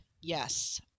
yes